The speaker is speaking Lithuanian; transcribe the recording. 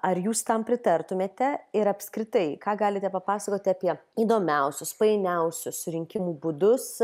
ar jūs tam pritartumėte ir apskritai ką galite papasakoti apie įdomiausius painiausius rinkimų būdus